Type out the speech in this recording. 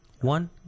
one